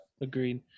agreed